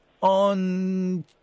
on